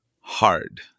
hard